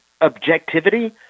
objectivity